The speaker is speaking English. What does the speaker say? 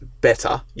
better